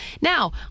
Now